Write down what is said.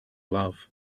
love